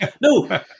No